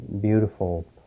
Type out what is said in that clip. beautiful